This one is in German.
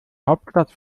hauptstadt